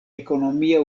ekonomia